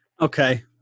Okay